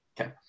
Okay